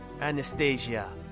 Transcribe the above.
Anastasia